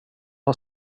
har